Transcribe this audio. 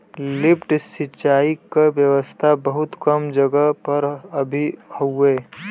lift सिंचाई क व्यवस्था बहुत कम जगह पर अभी हउवे